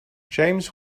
james